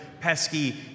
pesky